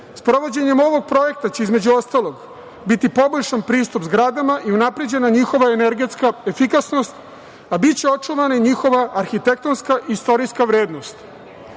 Sprovođenjem ovog projekta će, između ostalog, biti poboljšan pristup zgradama i unapređena njihova energetska efikasnost, a biće očuvana i njihova arhitektonska istorijska